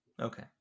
Okay